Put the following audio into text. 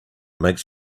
makes